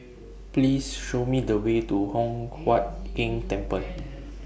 Please Show Me The Way to Hock Huat Keng Temple